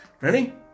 ready